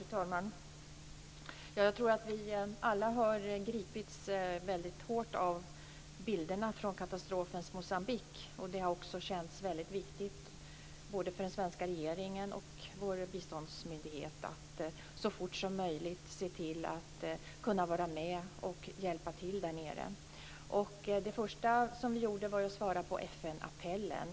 Fru talman! Jag tror att vi alla har gripits väldigt hårt av bilderna från katastrofens Moçambique, och det har också känts väldigt viktigt både för den svenska regeringen och för vår biståndsmyndighet att så fort som möjligt se till att kunna vara med och hjälpa till där nere. Det första vi gjorde var att svara på FN-appellen.